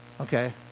okay